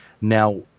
now